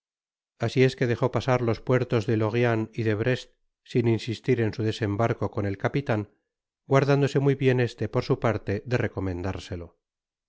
asi es que dejó pasar los puertos de lorient y de brest sin insistir en su desembarco con el capitan guardándose muy bien este por su parte de recordárselo